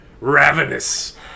ravenous